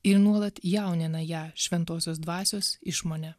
ir nuolat jaunina ją šventosios dvasios išmone